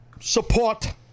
Support